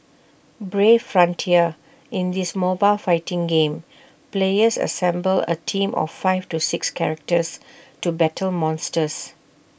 brave frontier in this mobile fighting game players assemble A team of five to six characters to battle monsters